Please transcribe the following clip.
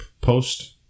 post